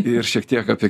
ir šiek tiek apie